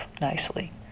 nicely